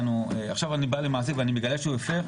אם אני בא למעסיק ואני מגלה שהוא הפר,